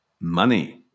Money